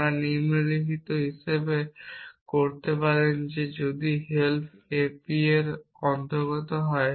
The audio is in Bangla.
এবং আমরা নিম্নলিখিত হিসাবে করতে পারেন যে যদি হেল্প a p এর অন্তর্গত হয়